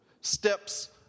steps